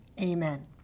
amen